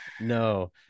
No